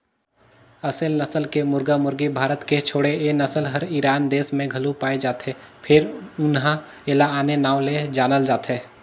असेल नसल के मुरगा मुरगी भारत के छोड़े ए नसल हर ईरान देस में घलो पाये जाथे फेर उन्हा एला आने नांव ले जानल जाथे